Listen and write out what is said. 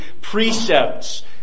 precepts